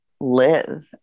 live